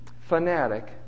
fanatic